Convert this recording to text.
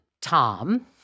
Tom